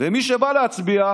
ומי שבא להצביע,